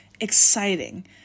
exciting